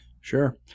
Sure